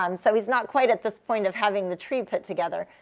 um so he's not quite at this point of having the tree put together.